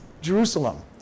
Jerusalem